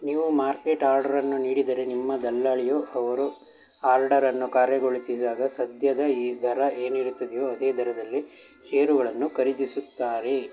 ನೀವು ಮಾರ್ಕೆಟ್ ಆರ್ಡರನ್ನು ನೀಡಿದರೆ ನಿಮ್ಮ ದಲ್ಲಾಳಿಯು ಅವರು ಆರ್ಡರನ್ನು ಕಾರ್ಯಗೊಳಿಸಿದಾಗ ಸದ್ಯದ ಈ ದರ ಏನಿರುತ್ತದೆಯೋ ಅದೇ ದರದಲ್ಲಿ ಷೇರುಗಳನ್ನು ಖರೀದಿಸುತ್ತಾರೆ